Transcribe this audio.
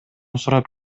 сурап